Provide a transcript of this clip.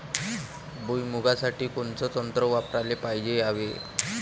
भुइमुगा साठी कोनचं तंत्र वापराले पायजे यावे?